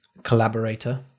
collaborator